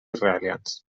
israelians